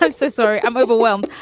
like so sorry. i'm overwhelmed.